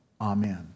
Amen